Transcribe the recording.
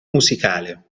musicale